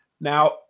Now